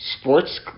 sports